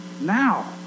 now